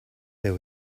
there